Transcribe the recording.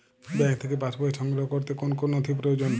Bank থেকে pass বই সংগ্রহ করতে কোন কোন নথি প্রয়োজন?